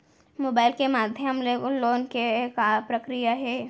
Mobile के माधयम ले लोन के का प्रक्रिया हे?